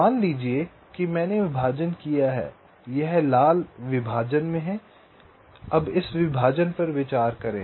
मान लीजिए कि मैंने विभाजन किया है यह लाल विभाजन में है आइए इस विभाजन पर विचार करें